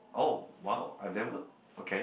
oh !wow! I never okay